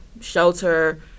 shelter